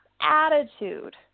attitude